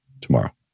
tomorrow